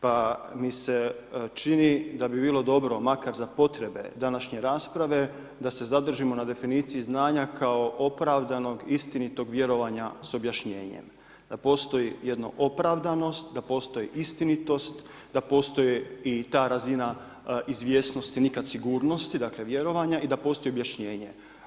Pa mi se čini da bi bilo dobro makar za potrebe današnje rasprave da se zadržimo na definiciji znanja kao opravdanog, istinitog vjerovanja sa objašnjenjem, da postoji jedna opravdanost, da postoji istinitost, da postoje i ta razina izvjesnosti, nikad sigurnosti, dakle vjerovanja i da postoj objašnjenje.